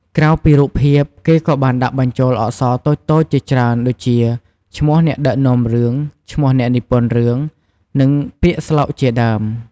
ក្រៅពីរូបភាព គេក៏បានដាក់បញ្ចូលអក្សរតូចៗជាច្រើនដូចជា ឈ្មោះអ្នកដឹកនាំរឿង ឈ្មោះអ្នកនិពន្ធរឿង និងពាក្យស្លោកជាដើម ។